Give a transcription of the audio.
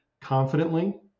confidently